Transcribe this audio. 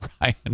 Ryan